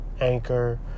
Anchor